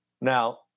Now